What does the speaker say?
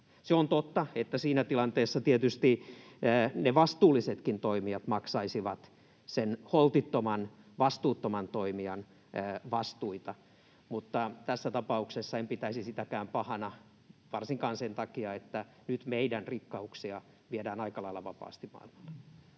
Se on totta, että siinä tilanteessa tietysti ne vastuullisetkin toimijat maksaisivat sen holtittoman, vastuuttoman toimijan vastuita, mutta tässä tapauksessa en pitäisi sitäkään pahana, varsinkaan sen takia, että nyt meidän rikkauksiamme viedään aika lailla vapaasti maailmalle.